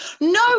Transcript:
No